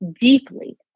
deeply